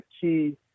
key